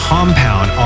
Compound